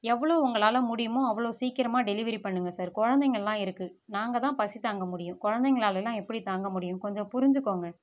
எவ்வளவு உங்களால் முடியுமோ அவ்வளோ சீக்கிரமாக டெலிவரி பண்ணுங்க சார் குழந்தைங்கள்லாம் இருக்குது நாங்க தான் பசி தாங்க முடியும் குழந்தைகளாலெலாம் எப்படி தாங்க முடியும் கொஞ்சம் புரிஞ்சுக்கோங்க